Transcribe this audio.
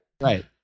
right